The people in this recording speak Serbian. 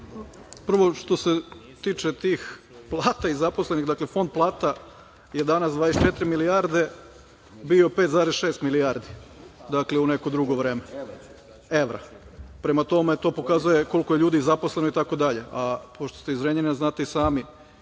Prvo što se tiče tih plata i zaposlenih. Fond plata je danas 24 milijarde, bio 5,6 milijardi, dakle u neko drugo vreme. Prema tome to pokazuje koliko je ljudi zaposleno itd. Pošto ste iz Zrenjanina znate i sami